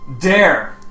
dare